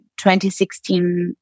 2016